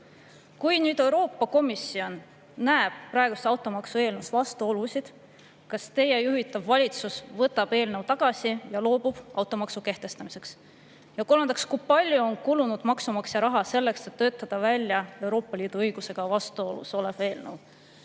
Kui Euroopa Komisjon näeb praeguses automaksu eelnõus vastuolusid, kas siis [peaministri] juhitav valitsus võtab eelnõu tagasi ja loobub automaksu kehtestamisest? Kolmandaks, kui palju on kulunud maksumaksja raha selleks, et töötada välja Euroopa Liidu õigusega vastuolus olev eelnõu?